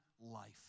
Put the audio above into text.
life